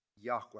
Yahweh